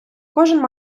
кожен